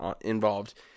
involved